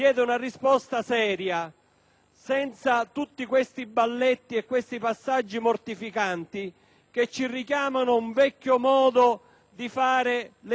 senza tutti questi balletti e passaggi mortificanti che ci richiamano ad un vecchio modo di fare legislazione e politica